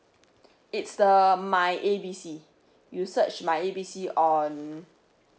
it's the my A B C you search my A B C on